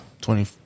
Twenty